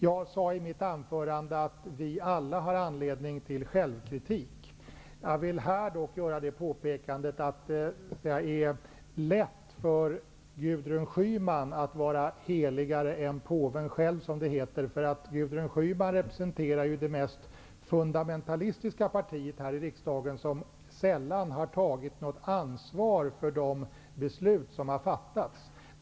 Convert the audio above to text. Jag sade i mitt anförande att vi alla har anledning till självkritik. Här vill jag dock göra det påpekandet att det är lätt för Gudrun Schyman att vara heligare än påven själv, eftersom hon här i riksdagen representerar det mest fundamentalistiska partiet, som sällan har tagit något ansvar för de beslut som har fattats.